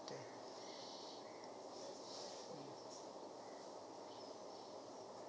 mm